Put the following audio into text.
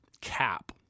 cap